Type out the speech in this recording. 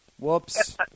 Whoops